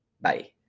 Bye